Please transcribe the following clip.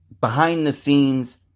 behind-the-scenes